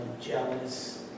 jealous